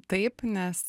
taip nes